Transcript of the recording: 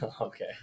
Okay